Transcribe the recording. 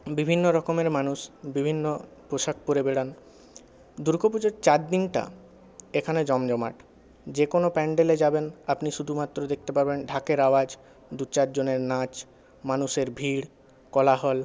বিভিন্ন রকমের মানুষ বিভিন্ন পোশাক পরে বেড়ান দুর্গপুজোর চারদিনটা এখানে জমজমাট যে কোনো প্যান্ডেলে যাবেন আপনি শুধুমাত্র দেখতে পাবেন ঢাকের আওয়াজ দু চারজনের নাচ মানুষের ভিড় কোলাহল